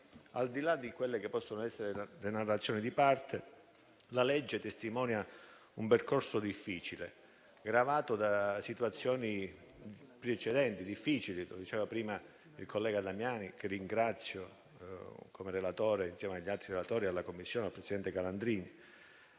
Al di là di quelle che possono essere le narrazioni di parte, la legge testimonia un percorso difficile, gravato da situazioni precedenti complesse - lo diceva prima il collega Damiani, che ringrazio insieme agli altri relatori, alla Commissione e al presidente Calandrini